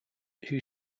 who